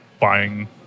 buying